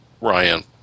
Ryan